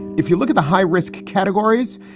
if you look at the high risk categories,